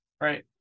right